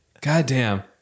goddamn